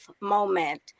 moment